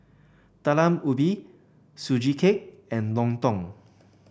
Talam Ubi Sugee Cake and lontong